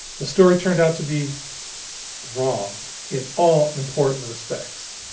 the story turned out to be wrong in all important respects.